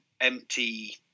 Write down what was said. empty